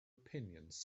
opinions